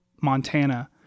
Montana